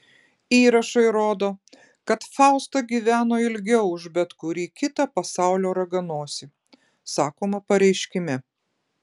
įrašai rodo kad fausta gyveno ilgiau už bet kurį kitą pasaulio raganosį sakoma pareiškime